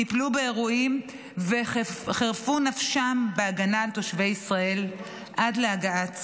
טיפלו באירועים וחירפו נפשם בהגנה על תושבי ישראל עד להגעת צה"ל.